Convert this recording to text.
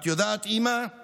/ את יודעת, אימא /